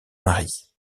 marie